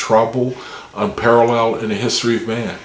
trouble unparalleled in the history of man